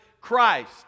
Christ